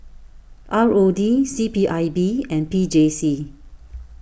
R O D C P I B and P J C